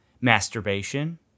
masturbation